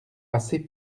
assez